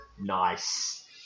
Nice